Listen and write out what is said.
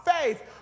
faith